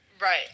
Right